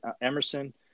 Emerson